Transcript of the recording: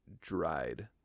Dried